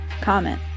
comment